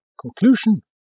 conclusion